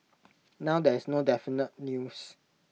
now there is no definite news